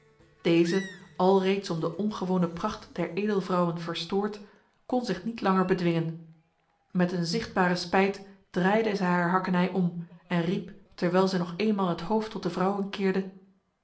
deze alreeds om de ongewone pracht der edelvrouwen verstoord kon zich niet langer bedwingen met een zichtbare spijt draaide zij haar hakkenij om en riep terwijl zij nog eenmaal het hoofd tot de vrouwen keerde